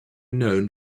known